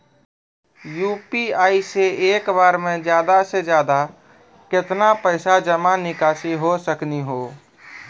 UPI से एक बार मे ज्यादा से ज्यादा केतना पैसा जमा निकासी हो सकनी हो?